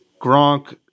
Gronk